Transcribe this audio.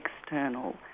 external